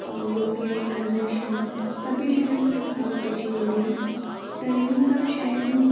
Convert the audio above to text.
ऐं U P I transaction सभी शयुनि में रुकावट अची वेंदी आहे त हिन सभु शयुनि